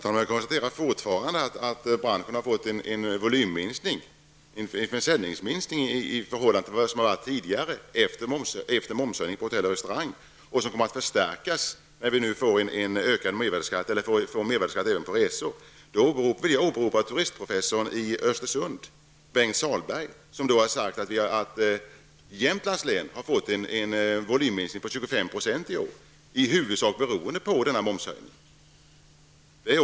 Herr talman! Jag vidhåller att branschen har fått en volymminskning, en försäljningsminskning i förhållande till tidigare, efter momshöjningen inom hotell och restaurangbranschen. Den kommer att förstärkas när vi nu får en mervärdeskatt även på resor. Jag vill åberopa turistprofessorn i Östersund, Bengt Sahlberg, som har sagt att Jämtlands län har fått en volymminskning på 25 % i år, i huvudsak beroende på denna momshöjning.